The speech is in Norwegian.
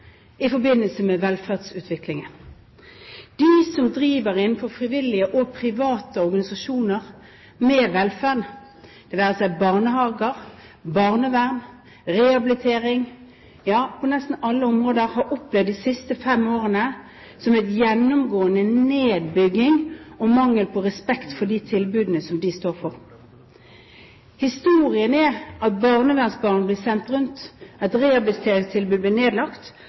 i forbindelse med velferdsutviklingen. De som driver med velferd innenfor frivillige og private organisasjoner, det være seg barnehager, barnevern, rehabilitering – ja, på nesten alle områder – har opplevd de siste fem årene som en gjennomgående nedbygging av og mangel på respekt for de tilbudene som de står for. Historien er at barnevernsbarn blir sendt rundt, at rehabiliteringstilbud blir nedlagt.